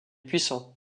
puissant